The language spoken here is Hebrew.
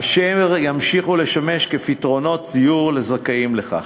אשר ימשיכו לשמש כפתרונות דיור לזכאים לכך.